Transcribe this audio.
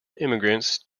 immigrants